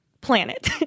planet